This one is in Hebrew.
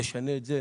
נשנה את זה,